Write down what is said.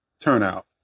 turnout